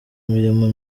mirimo